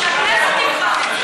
שהכנסת תבחר.